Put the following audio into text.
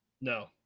No